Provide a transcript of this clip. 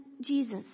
Jesus